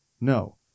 No